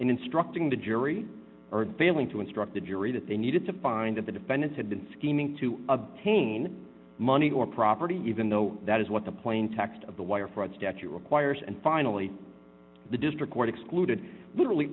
instructing the jury or failing to instruct the jury that they needed to find that the defendant had been scheming to obtain money or property even though that is what the plaintext of the wire fraud statue requires and finally the district court excluded literally